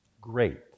Great